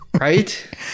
Right